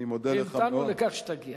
המתנו לכך שתגיע.